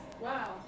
Wow